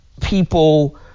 people